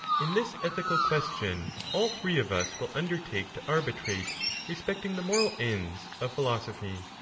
in this ethical question all three of us will undertake to arbi trate respecting the moral ends of philosophy.